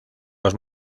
los